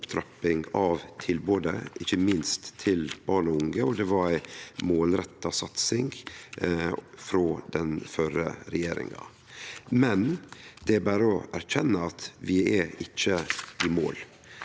opptrapping av tilbodet, ikkje minst til barn og unge. Det var ei målretta satsing frå den førre regjeringa, men det er berre å erkjenne at vi ikkje er i mål.